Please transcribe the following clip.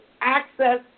Access